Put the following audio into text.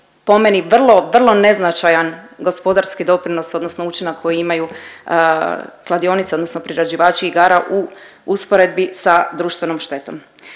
vrlo, vrlo neznačajan gospodarski doprinos odnosno učinak koji imaju kladionice odnosno priređivači igara u usporedbi sa društvenom štetom.